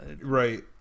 right